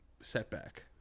setback